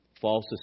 false